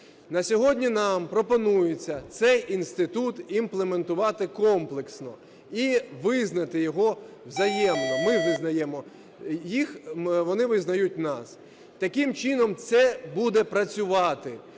На сьогодні нам пропонується цей інститут імплементувати комплексно і визнати його взаємно: ми визнаємо їх – вони визнають нас. Таким чином це буде працювати.